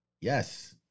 yes